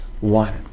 one